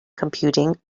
computing